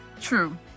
True